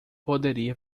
poderia